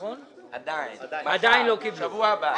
עדיין, שבוע הבא.